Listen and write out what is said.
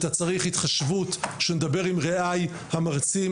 אם אתה צריך התחשבות, שנדבר עם רעיי המרצים